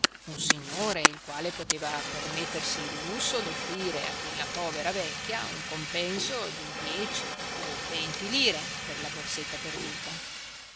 un signore il quale poteva permettersi il lusso d'offrire a quella povera vecchia un compenso di dieci o venti lire per la borsetta perduta